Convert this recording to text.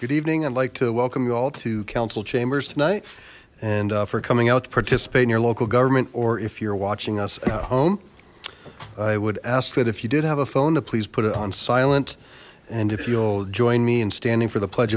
good evening i'd like to welcome you all to council chambers tonight and for coming out to participate in your local government or if you're watching us at home i would ask that if you did have a phone to please put it on silent and if you'll join me in standing for the pledge